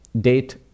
date